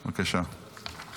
בבקשה.